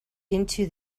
into